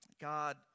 God